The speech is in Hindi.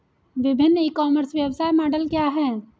विभिन्न ई कॉमर्स व्यवसाय मॉडल क्या हैं?